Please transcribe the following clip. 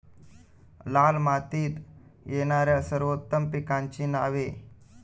लाल मातीत येणाऱ्या सर्वोत्तम पिकांची नावे?